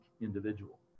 individual